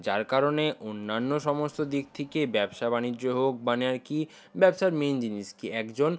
যার কারণে অন্যান্য সমস্ত দিক থেকে ব্যবসা বাণিজ্য হোক মানে আর কি ব্যবসার মেন জিনিস কী একজন